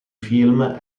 film